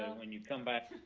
when you come back.